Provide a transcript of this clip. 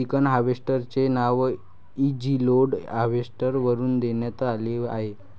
chicken harvester चे नाव easy load harvester वरून देण्यात आले आहे